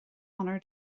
onóir